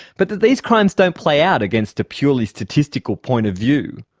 but that these crimes don't play out against a purely statistical point of view.